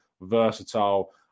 versatile